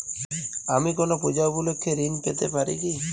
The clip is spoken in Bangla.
আমি কোনো পূজা উপলক্ষ্যে ঋন পেতে পারি কি?